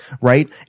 right